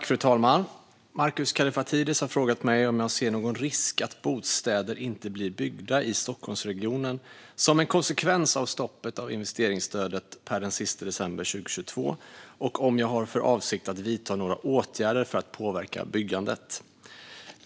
Fru talman! Markus Kallifatides har frågat mig om jag ser någon risk att bostäder inte blir byggda i Stockholmsregionen som en konsekvens av stoppet för investeringsstödet per den 31 december 2022 och om jag har för avsikt att vidta några åtgärder för att påverka byggandet.